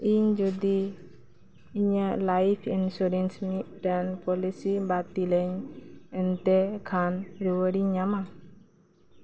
ᱤᱧ ᱡᱩᱫᱤ ᱤᱧᱟᱹᱜ ᱞᱟᱭᱤᱯᱷ ᱤᱱᱥᱩᱨᱮᱱᱥ ᱢᱤᱫᱴᱟᱱ ᱯᱚᱞᱤᱥᱤ ᱵᱟᱛᱤᱞᱟᱹᱧ ᱮᱱᱛᱮ ᱠᱷᱟᱱ ᱨᱩᱣᱟᱹᱲᱤᱧ ᱧᱟᱢᱟ